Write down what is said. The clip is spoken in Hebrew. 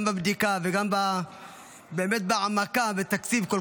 גם בבדיקה וגם באמת בהעמקה בתקציב כל